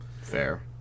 Fair